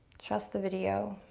trust the video.